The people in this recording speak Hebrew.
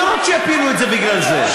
אני רוצה לראות שיפילו את זה בגלל זה.